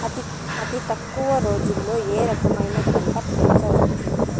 అతి తక్కువ రోజుల్లో ఏ రకమైన పంట పెంచవచ్చు?